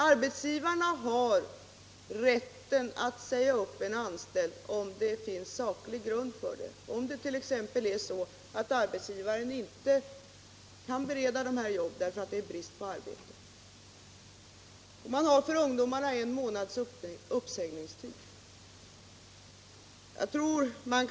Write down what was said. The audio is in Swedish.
Arbetsgivarna har rätten att säga upp en anställd om det finns saklig grund för det, om arbetsgivaren t.ex. inte kan bereda honom jobb därför att det råder brist på arbete. Man har en månads uppsägningstid för ungdomarna.